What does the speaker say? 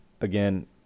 again